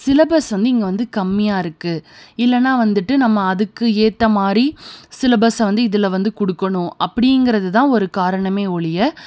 syllabus வந்து இங்கே வந்து கம்மியாக இருக்குது இல்லைன்னா வந்துட்டு நம்ம அதுக்கு ஏற்ற மாதிரி சிலபஸ்ஸை வந்து இதில் வந்து கொடுக்கணும் அப்படிங்கிறது தான் ஒரு காரணமே ஒழிய